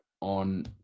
on